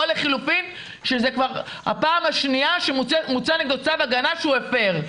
או לחילופין שזה כבר הפעם השניה שמוצא נגדו צו הגנה שהוא הפר.